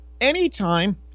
anytime